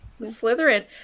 slytherin